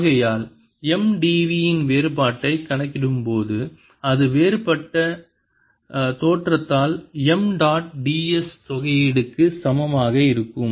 ஆகையால் M d v இன் வேறுபாட்டைக் கணக்கிடும்போது இது வேறுபட்ட தேற்றத்தால் M டாட் d s தொகையீடு க்கு சமமாக இருக்கும்